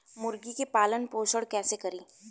मुर्गी के पालन पोषण कैसे करी?